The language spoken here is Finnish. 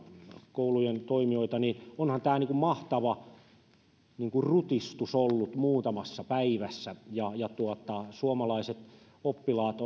koulujen toimijoita että onhan tämä ollut mahtava rutistus muutamassa päivässä ja ja suomalaiset oppilaat